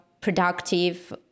productive